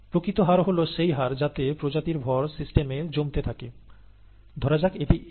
প্রকৃত হার হল সেই হার যাতে প্রজাতির ভর সিস্টেমে জমতে থাকে ধরা যাক এটি m